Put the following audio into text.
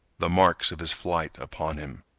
the marks of his flight upon him.